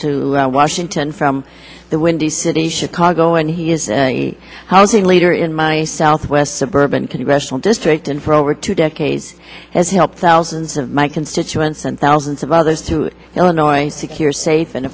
to washington from the windy city chicago and he is the leader in my southwest suburban congressional district and for over two decades has helped thousands of my constituents and thousands of others to illinois secure safe and